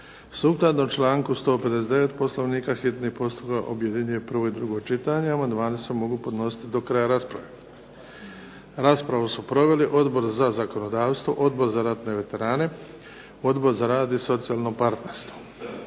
Sukladno članku 159. Poslovnika hitni postupak objedinjuje prvo i drugo čitanje. Amandmani se mogu podnositi do kraja rasprave. Raspravu su proveli Odbor za zakonodavstvo, Odbor za ratne veterane, Odbor za rad i socijalno partnerstvo.